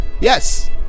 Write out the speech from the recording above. Yes